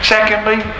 Secondly